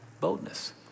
boldness